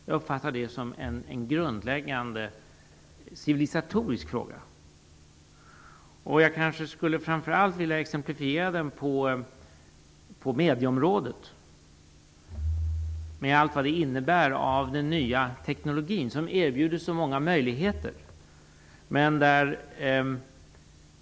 Jag uppfattar det som en grundläggande civilisatorisk fråga. Jag skulle framför allt vilja exemplifiera den genom medieområdet och allt vad det innebär med den nya teknologin som erbjuder så många möjligheter.